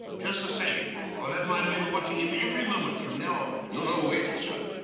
just the same i'll have my men watching him every moment from now on. no, no wait, lestrade.